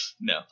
no